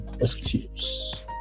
excuse